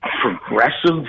progressive